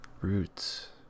Roots